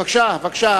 בבקשה.